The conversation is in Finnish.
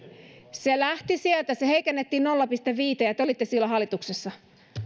se lähti sieltä sitä heikennettiin nolla pilkku viiteen ja te olitte silloin hallituksessa